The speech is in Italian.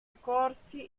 corsi